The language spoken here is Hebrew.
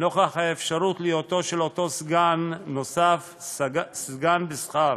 נוכח האפשרות להיותו של אותו סגן נוסף סגן בשכר,